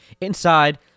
inside